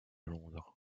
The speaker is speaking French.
londres